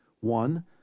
One